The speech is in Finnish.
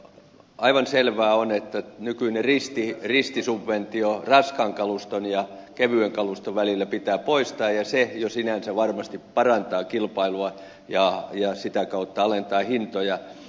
aivan selvää on että nykyinen ristisubventio raskaan kaluston ja kevyen kaluston välillä pitää poistaa ja se jo sinänsä varmasti parantaa kilpailua ja sitä kautta alentaa hintoja